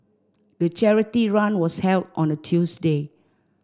the charity run was held on a Tuesday